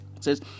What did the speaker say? says